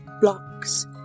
blocks